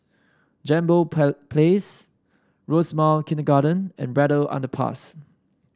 Jambol Place Rosemount Kindergarten and Braddell Underpass